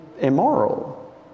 immoral